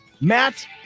Matt